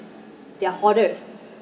they're hoarders